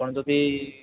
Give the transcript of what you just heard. ଆପଣ ଯଦି